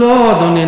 לא, אדוני.